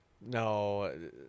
No